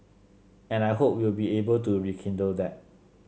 and I hope we'll be able to rekindle that